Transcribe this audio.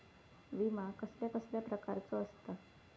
विमा कसल्या कसल्या प्रकारचो असता?